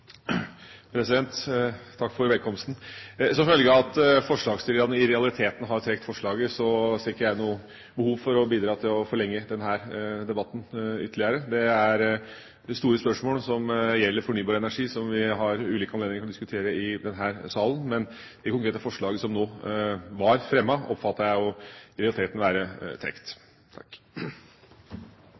Takk for velkomsten. Som følge av at forslagsstillerne i realiteten har trukket forslaget, ser ikke jeg noe behov for å bidra til å forlenge denne debatten ytterligere. Det store spørsmålet som gjelder fornybar energi, har vi ulike anledninger til å diskutere i denne salen. Men det konkrete forslaget som nå var fremmet, oppfatter jeg i realiteten